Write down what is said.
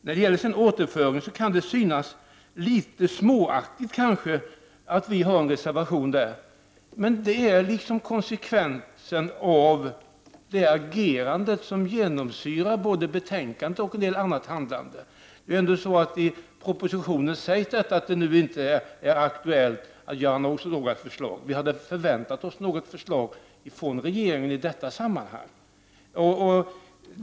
När det sedan gäller återföring kan det kanske synas litet småaktigt att vi har en reservation som tar upp detta, men det är konsekvensen av det agerande som genomsyrar både betänkandet och annat handlande. I propositionen sägs att det inte är aktuellt att lägga fram något sådant förslag. Vi hade förväntat oss ett sådant förslag ifrån regeringen i detta sammanhang.